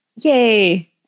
yay